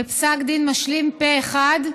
בפסק דין משלים, פה אחד,